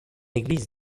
église